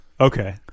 Okay